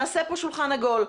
נעשה כאן שולחן עגול.